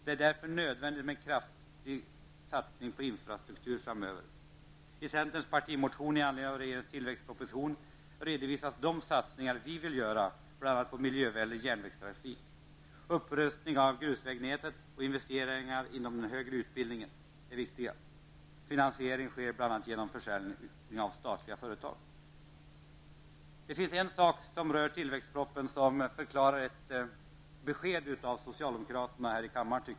Det är därför framöver nödvändigt med en kraftig satsning på infrastruktur. I centerns partimotion i anledning av regeringens tillväxtproposition redovisas de satsningar som vi vill göra på bl.a. miljövänlig järnvägstrafik, upprustning av grusvägnätet och investeringar inom den högre utbildningen. Finansiering sker bl.a. genom försäljning av statliga företag. Det finns en sak beträffande tilläggspropositionen som, enligt min mening, kräver ett besked av socialdemokraterna här i kammaren.